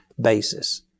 basis